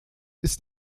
ist